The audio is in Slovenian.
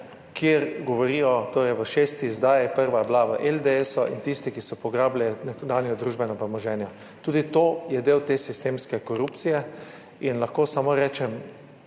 kjer govorijo, torej v šesti izdaji, prva je bila v LDS in tisti, ki so pograbili nekdanje družbeno premoženje. Tudi to je del te sistemske korupcije in lahko samo rečem